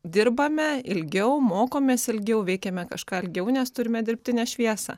dirbame ilgiau mokomės ilgiau veikiame kažką ilgiau nes turime dirbtinę šviesą